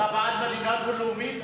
אתה בעד מדינה דו-לאומית?